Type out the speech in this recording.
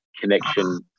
connection